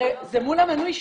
הרי זה מול המנוי שלו.